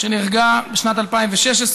שנהרגה בשנת 2016,